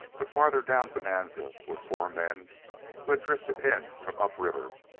but farther down bonanza were four men who had drifted in from up river,